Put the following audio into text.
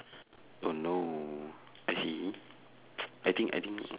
oh no I see I think I think